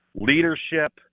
leadership